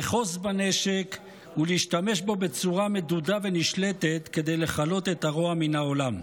לאחוז בנשק ולהשתמש בו בצורה מדודה ונשלטת כדי לכלות את הרוע מהעולם.